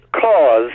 cause